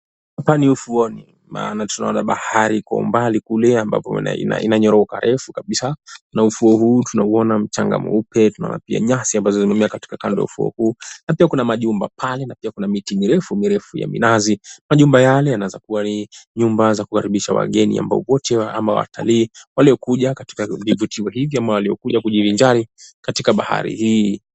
Hapa ni ufuoni. Maana tunaona bahari kwa umbali kule ambapo inanyooka refu kabisa na ufuo huo tunaona mchanga mweupe tunaona pia nyasi ambazo zimemea kando ya ufuo huu na pia kuna majumba pale na pia kuna miti mirefu mirefu ya minazi. Majumba yale yanaweza kuwa ni nyumba za kukaribisha wageni ambao wote ni watalii waliokuja katika vituo hiki ama waliokuja kujivinjari katika bahari hii.